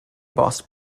bost